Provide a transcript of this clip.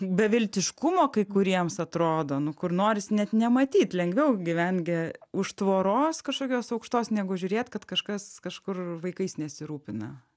beviltiškumo kai kuriems atrodo nu kur noris net nematyt lengviau gyvent gi už tvoros kažkokios aukštos negu žiūrėt kad kažkas kažkur vaikais nesirūpina